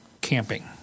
camping